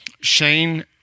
Shane